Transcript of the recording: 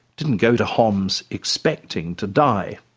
didn't go to homs expecting to die.